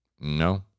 No